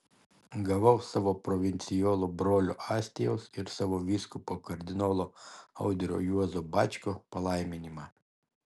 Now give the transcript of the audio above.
gavau savo provincijolo brolio astijaus ir savo vyskupo kardinolo audrio juozo bačkio palaiminimą